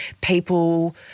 people